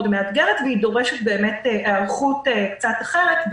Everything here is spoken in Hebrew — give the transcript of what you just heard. מאתגרת והיא דורשת היערכות קצת אחרת.